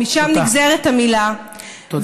משם נגזרת המילה, תודה.